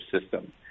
system